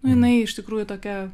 nu jinai iš tikrųjų tokia